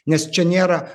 nes čia nėra